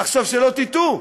עכשיו, שלא תטעו,